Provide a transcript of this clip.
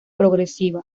progresiva